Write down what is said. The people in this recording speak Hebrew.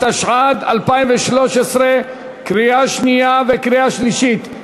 התשע"ד 2013, קריאה שנייה וקריאה שלישית.